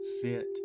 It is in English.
sit